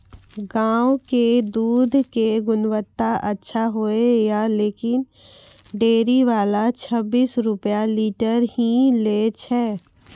गांव के दूध के गुणवत्ता अच्छा होय या लेकिन डेयरी वाला छब्बीस रुपिया लीटर ही लेय छै?